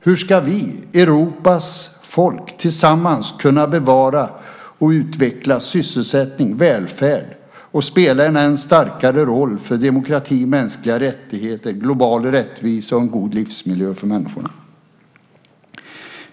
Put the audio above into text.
Hur ska vi, Europas folk, tillsammans kunna bevara och utveckla sysselsättning och välfärd och spela en ännu starkare roll för demokrati, mänskliga rättigheter, global rättvisa och en god livsmiljö för människorna?